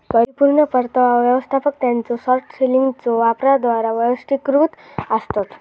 परिपूर्ण परतावा व्यवस्थापक त्यांच्यो शॉर्ट सेलिंगच्यो वापराद्वारा वैशिष्ट्यीकृत आसतत